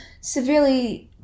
severely